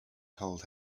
cold